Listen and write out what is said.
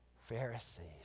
Pharisees